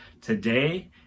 Today